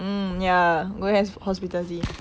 mm ya going has~ hospitality